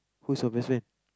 who is your best friend